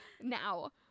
now